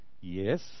Yes